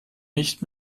nicht